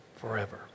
forever